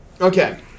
Okay